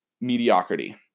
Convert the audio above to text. mediocrity